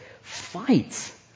fights